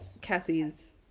Cassie's